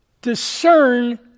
discern